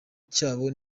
cyabo